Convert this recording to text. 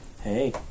Hey